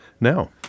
now